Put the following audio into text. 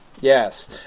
Yes